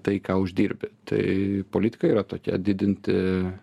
tai ką uždirbi tai politika yra tokia didinti